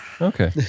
Okay